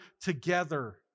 together